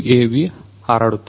UAV ಹಾರಾಡುತ್ತಿದೆ